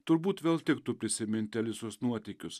turbūt vėl tiktų prisiminti alisos nuotykius